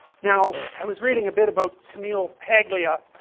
now, i was reading a bit about camille paglia,